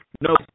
No